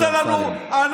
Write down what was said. כולל לילדות בנות 16. אתה,